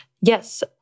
Yes